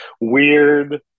weird